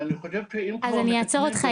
אני חושב שאם כבר מתקנים --- אני אעצור אותך,